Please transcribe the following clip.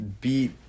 beat